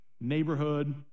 neighborhood